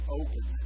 open